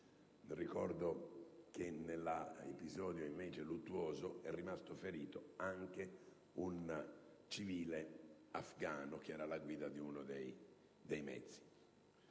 Ricordo che nell'episodio luttuoso è rimasto ferito anche un civile afgano, che era alla guida di uno dei mezzi.